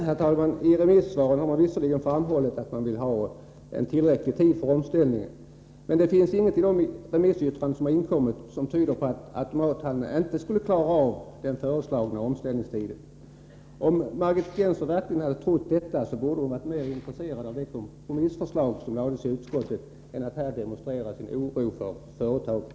Herr talman! I remissvaren har man visserligen framhållit att man vill ha tillräcklig tid för omställningen. Men det finns inget i remissvaren som tyder på att automathandeln inte skulle klara av den föreslagna omställningstiden. Om Margit Gennser verkligen hade trott detta, borde hon ha varit mera intresserad av det kompromissförslag som lades fram i utskottet än av att här demonstrera sin oro för företagen.